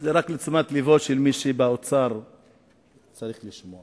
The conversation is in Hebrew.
זה לתשומת לבו של מי שצריך לשמוע